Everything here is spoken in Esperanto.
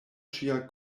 ŝia